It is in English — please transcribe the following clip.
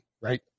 right